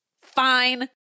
fine